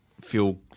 feel